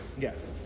Yes